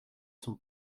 sont